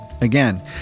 Again